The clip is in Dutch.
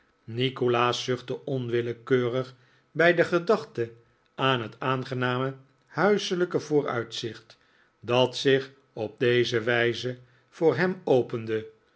nikolaas zuchtte onwillekeurig bij de gedachte aan het aangename huiselijke vooruitzicht dat zich op deze wijze voor hem